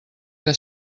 que